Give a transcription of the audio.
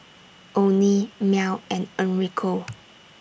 Onie Mell and Enrico